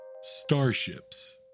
Starships